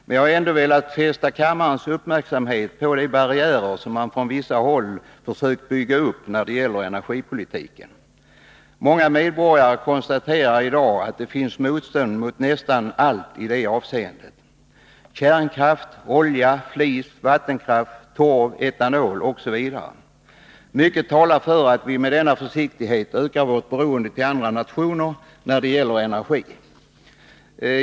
Men jag har ändå velat fästa kammarens uppmärksamhet på de barriärer som man från vissa håll försökt bygga upp när det gäller energipolitiken. Många medborgare konstaterar i dag att det finns motstånd mot nästan allt i det avseendet — mot kärnkraft, olja, flis, vattenkraft, torv och etanol. Mycket talar för att vi med denna försiktighet ökar vårt beroende av andra nationer när det gäller energi.